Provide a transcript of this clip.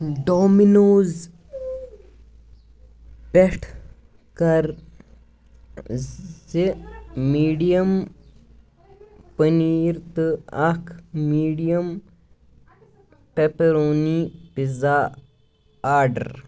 Domino's پیٹھ کر زِ میٖڈیم پنیٖر تہٕ اکھ میٖڈیم پیپرونی پِزا آرڈر